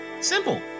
Simple